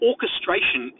Orchestration